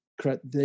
Correct